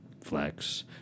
flex